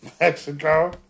Mexico